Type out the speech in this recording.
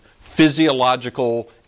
physiological